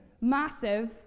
massive